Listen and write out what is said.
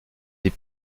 des